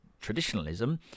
traditionalism